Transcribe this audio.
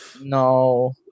No